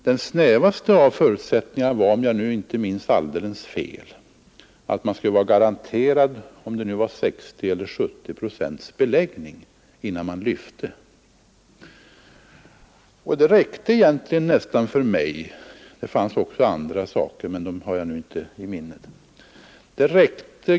Den snävaste av förutsättningarna var, om jag inte minns alldeles fel, att man skulle vara garanterad 60 eller om det var 70 procents beläggning innan man lyfte. Detta besked räckte nästan för mig. Det fanns också andra skäl, men dem har jag inte i minnet.